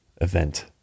event